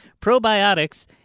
Probiotics